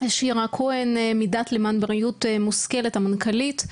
שירה כהן מדעת למען בריאות מושכלת, המנכ"לית.